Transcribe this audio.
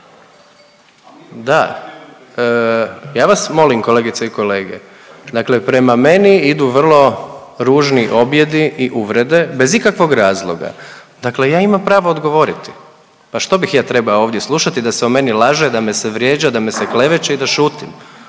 Da, ja vas molim kolegice i kolege, dakle prema meni idu vrlo ružni objedi i uvrede bez ikakvog razloga. Dakle, ja imam pravo odgovoriti. Pa što bih ja trebao ovdje slušati da se o meni laže, da me se vrijeđa, da me se kleveće i da šutim?